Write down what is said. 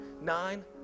nine